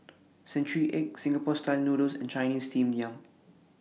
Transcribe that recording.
Century Egg Singapore Style Noodles and Chinese Steamed Yam